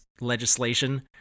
legislation